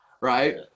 right